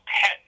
pet